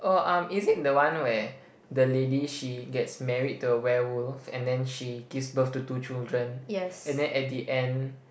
oh um is it the one where the lady she gets married to a werewolf and then she gives birth to two children and then at the end